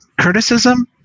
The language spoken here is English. criticism